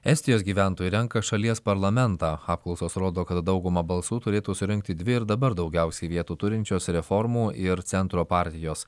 estijos gyventojai renka šalies parlamentą apklausos rodo kad dauguma balsų turėtų surinkti dvi ir dabar daugiausiai vietų turinčios reformų ir centro partijos